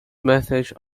messages